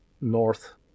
north